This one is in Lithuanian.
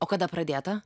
o kada pradėta